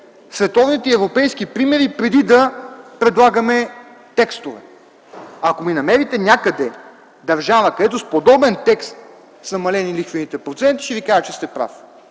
световните европейски примери преди да предлагаме текстове. Ако ми намерите някъде държава, където с подобен текст са намалени лихвените проценти ще ви кажа, че сте прав.